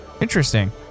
interesting